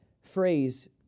phrase